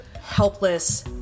helpless